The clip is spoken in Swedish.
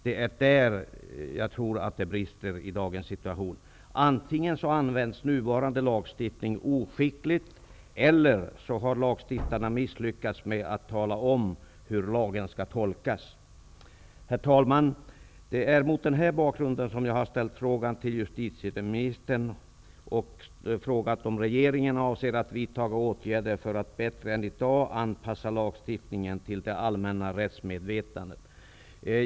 Det är på den punkten som jag tror att det brister i dagens situation. Antingen används nuvarande lagstiftning oskickligt, eller så har lagstiftarna misslyckats med att tala om hur lagen skall tolkas. Herr talman! Det är mot denna bakgrund som jag har ställt frågan till justitieministern om regeringen avser att vidtaga åtgärder för att bättre än i dag anpassa lagstiftningen till det allmänna rättsmedvetandet.